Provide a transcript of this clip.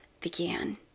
began